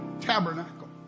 tabernacle